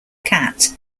cat